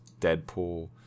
Deadpool